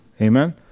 Amen